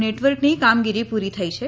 નેટવર્કની કામગીરી પ્રરી થઈ છે